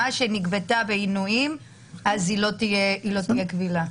כך שהודאה שנגבתה בעינויים לא תהיה קבילה.